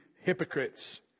hypocrites